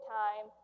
time